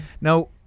Now